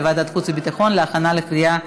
והביטחון נתקבלה.